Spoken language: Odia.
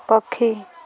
ପକ୍ଷୀ